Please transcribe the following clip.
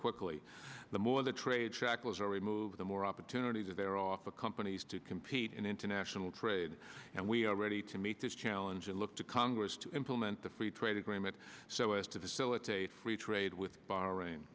quickly the more the trade shackles are removed the more opportunities there are companies to compete in international trade and we are ready to meet this challenge and look to congress to implement the free trade agreement so as to the so it's a free trade with bahrain